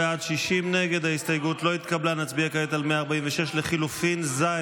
הסתייגות 146 לחלופין ו